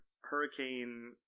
Hurricane